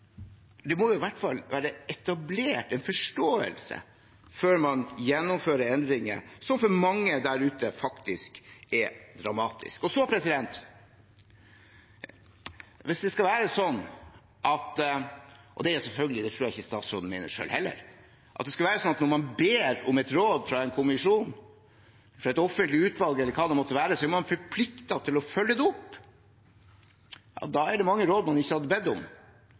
det må i hvert fall være etablert en forståelse før man gjennomfører endringer som for mange der ute faktisk er dramatiske. Hvis det skal være sånn – og det tror jeg selvfølgelig ikke statsråden mener selv heller – at når man ber om et råd fra en kommisjon, fra et offentlig utvalg eller hva det måtte være, så er man forpliktet til å følge det opp, ja, da er det mange råd man ikke hadde bedt om.